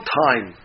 time